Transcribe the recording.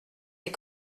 les